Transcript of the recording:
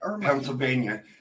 Pennsylvania